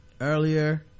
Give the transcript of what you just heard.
earlier